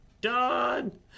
Done